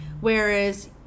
whereas